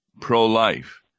pro-life